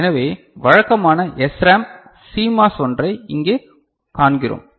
எனவே வழக்கமான SRAM CMOS ஒன்றை இங்கே காண்கிறோம்